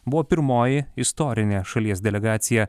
buvo pirmoji istorinė šalies delegacija